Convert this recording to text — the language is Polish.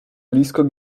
blisko